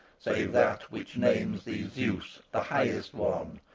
save that which names thee zeus, the highest one,